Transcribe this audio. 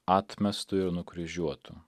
atmestu ir nukryžiuotu